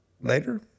later